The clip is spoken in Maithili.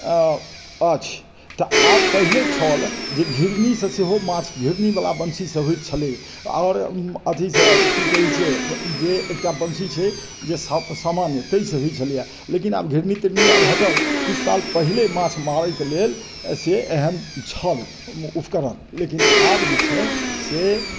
अछि तऽ आब पहिले छल जे घिरनीसँ सेहो माँछ घिरनी वाला वन्शी से होइ छलै आओर अथी से की कहै छै जे एकटा वन्शी छै जे सामान्य ताहि से होइ छलैया लेकिन आब घिरनी तिरनी आब हटल किछु साल पहिले माँछ मारैके लेल से एहन छल उपकरण लेकिन आब जे छै से